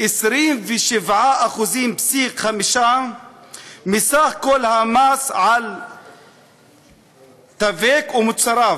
27.5% מסך המס על טבק ומוצריו,